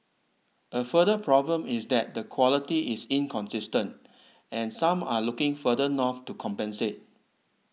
a further problem is that the quality is inconsistent and some are looking further north to compensate